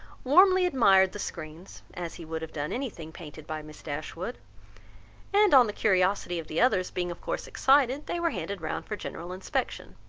warmly admired the screens, as he would have done any thing painted by miss dashwood and on the curiosity of the others being of course excited, they were handed round for general inspection.